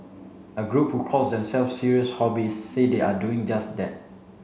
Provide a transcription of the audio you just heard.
a group who calls themselves serious hobbyists say they are doing just that